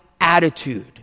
attitude